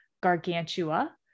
Gargantua